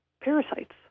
parasites